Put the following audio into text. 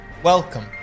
Welcome